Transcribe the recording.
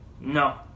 No